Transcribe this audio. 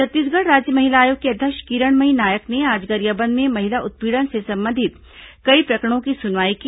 छत्तीसगढ़ राज्य महिला आयोग की अध्यक्ष किरणमयी नायक ने आज गरियाबंद में महिला उत्पीड़न से संबंधित कई प्रकरणों की सुनवाई की